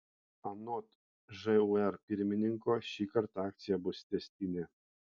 anot žūr pirmininko šįkart akcija bus tęstinė